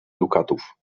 dukatów